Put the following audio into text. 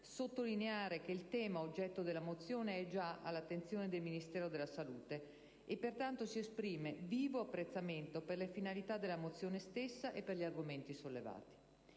sottolineare che il tema oggetto della mozione è già all'attenzione del Ministero della salute e pertanto esprimo vivo apprezzamento per le finalità della mozione stessa e per gli argomenti sollevati.